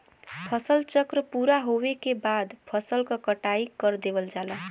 फसल चक्र पूरा होवे के बाद फसल क कटाई कर देवल जाला